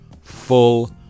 full